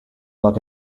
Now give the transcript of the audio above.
luck